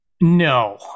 no